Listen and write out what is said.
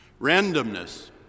Randomness